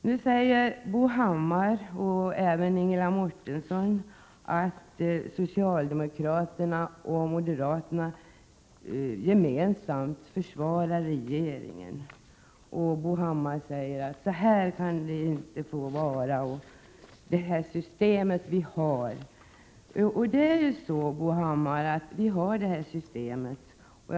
Nu säger Bo Hammar och även Ingela Mårtensson att socialdemokraterna och moderaterna gemensamt försvarar regeringen. Bo Hammar säger: Så I här kan det inte få vara, det system vi har. Vi har nu detta system, Bo Hammar.